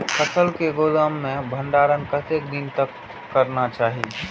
फसल के गोदाम में भंडारण कतेक दिन तक करना चाही?